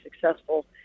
successful